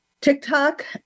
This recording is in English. TikTok